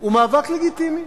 הוא מאבק לגיטימי.